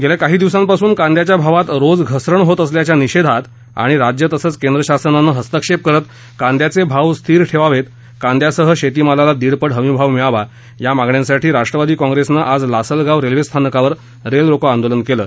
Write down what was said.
गेल्या काही दिवंसापासून कांद्याच्या भावात रोज घसरण होत असल्याच्या निषेधात आणि राज्य तसंच केंद्र शासनाने हस्तक्षेप करत कांद्याचे भाव स्थिर ठेवावेत कांद्यासह शेतीमालाला दिडपट हमी भाव मिळावा या मागण्या साठी आज राष्ट्रवादी कॉप्रेसने आज लासलगाव रेल्वे स्थानकावर रेल रोको आंदोलन केलं